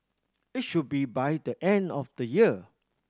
it should be by the end of the year